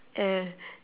and